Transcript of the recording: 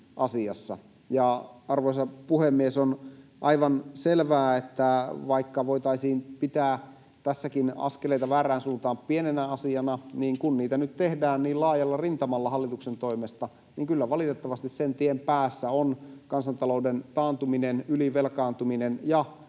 arvoisa puhemies, on aivan selvää, että vaikka voitaisiin pitää tässäkin askeleita väärään suuntaan pienenä asiana, niin kun niitä nyt tehdään niin laajalla rintamalla hallituksen toimesta, niin kyllä valitettavasti sen tien päässä ovat kansantalouden taantuminen, ylivelkaantuminen ja pahimmassa